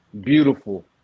beautiful